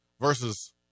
versus